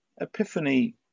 Epiphany